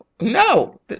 no